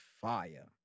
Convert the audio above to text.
fire